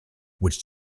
which